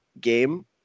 game